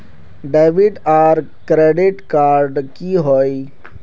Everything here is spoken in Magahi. डेबिट आर क्रेडिट कार्ड की होय?